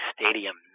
Stadium